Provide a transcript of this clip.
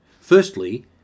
Firstly